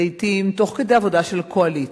ותוך כדי עבודה של הקואליציה,